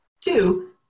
Two